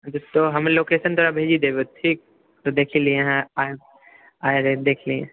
हम लोकेशन तोरा भेजी देबो ठीक तौँ देखी लीहऽ आके देख ले